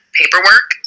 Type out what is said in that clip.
paperwork